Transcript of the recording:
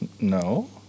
No